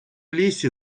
лісі